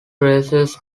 raises